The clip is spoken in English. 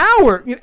hour